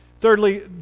Thirdly